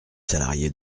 salariés